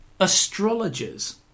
Astrologers